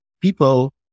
People